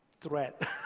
threat